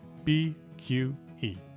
BQE